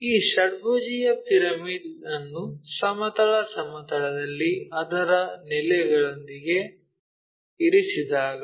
ಈ ಷಡ್ಭುಜೀಯ ಪಿರಮಿಡ್ ಅನ್ನು ಸಮತಲ ಸಮತಲದಲ್ಲಿ ಅದರ ನೆಲೆಗಳೊಂದಿಗೆ ಇರಿಸಿದಾಗ